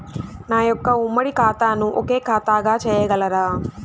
నా యొక్క ఉమ్మడి ఖాతాను ఒకే ఖాతాగా చేయగలరా?